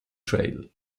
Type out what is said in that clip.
trail